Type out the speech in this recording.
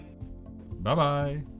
Bye-bye